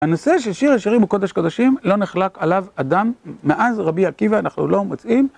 הנושא ששיר השירים הוא קודש קודשים לא נחלק עליו אדם מאז רבי עקיבא אנחנו לא מוצאים